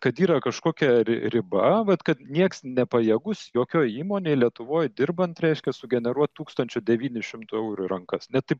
kad yra kažkokia ri riba vat kad niekas nepajėgus jokioj įmonėj lietuvoj dirbant reiškia sugeneruot tūkstančio devynių šimtų eurų į rankas ne taip